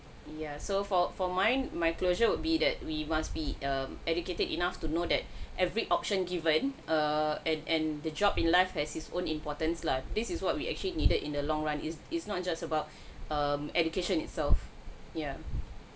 ya so for for mine my closure would be that we must be err educated enough to know that every option given err and and the job in life has its own important lah this is what we actually needed in the long run is it's not just about um education itself ya